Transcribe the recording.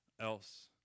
else